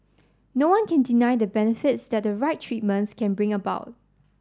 no one can deny the benefits that the right treatments can bring about